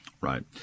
Right